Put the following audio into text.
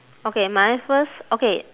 okay mine first okay